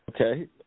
Okay